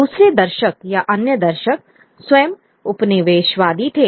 दूसरे दर्शक या अन्य दर्शक स्वयं उपनिवेशवादी थे